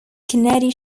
kennedy